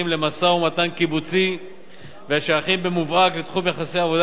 למשא-ומתן קיבוצי ושייכים במובהק לתחום יחסי העבודה